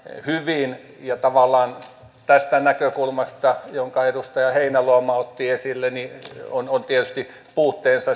hyvin ja tavallaan tästä näkökulmasta jonka edustaja heinäluoma otti esille on raporteissa tietysti puutteensa